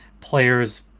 players